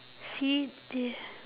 see